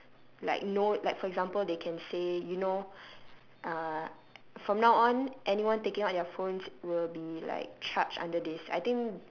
like no like for example they can say you know uh from now on anyone taking out their phones will be like charged under this I think